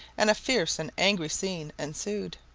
and a fierce and angry scene ensued,